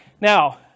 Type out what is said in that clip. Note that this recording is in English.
Now